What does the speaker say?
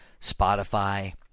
Spotify